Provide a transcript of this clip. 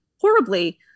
horribly